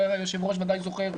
היושב-ראש ודאי זוכר,